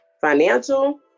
financial